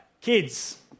kids